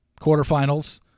quarterfinals